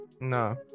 No